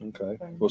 Okay